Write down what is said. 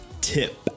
tip